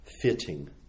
fitting